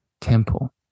temple